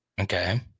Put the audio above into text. Okay